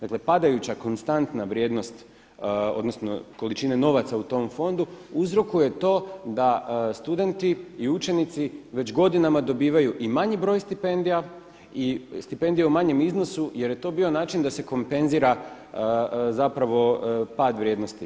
Dakle padajuća konstantna vrijednosti, odnosno količine novaca u tom fondu uzrokuje to da studenti i učenici već godinama dobivaju i manji broj stipendija i stipendije u manjem iznosu jer je to bio način da se kompenzira zapravo pad vrijednosti.